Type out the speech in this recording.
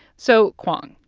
so kwong,